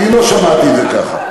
אני לא שמעתי את זה ככה.